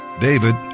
David